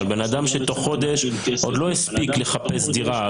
אבל בן אדם שתוך חודש עוד לא הספיק לחפש דירה,